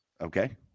Okay